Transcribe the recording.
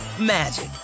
magic